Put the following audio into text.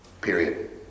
Period